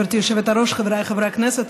גברתי היושבת-ראש, חבריי חברי הכנסת,